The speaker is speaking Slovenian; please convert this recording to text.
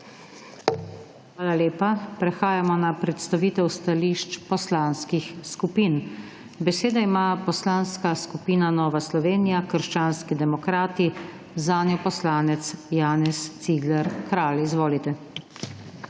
Hvala lepa. Prehajamo na predstavitev stališč poslanskih skupin. Besedo ima Poslanska skupina Nova Slovenija – krščanski demokrati, zanjo poslanec Janez Cigler Kralj. Izvolite.